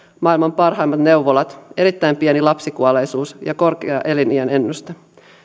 maailman parhaimmat neuvolat erittäin pieni lapsikuolleisuus ja korkea eliniän ennuste